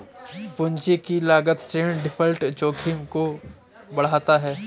पूंजी की लागत ऋण डिफ़ॉल्ट जोखिम को बढ़ाता है